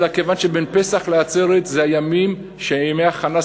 אלא כיוון שבין פסח לעצרת זה הימים שהם ימי הכנה,